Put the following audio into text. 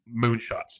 moonshots